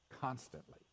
Constantly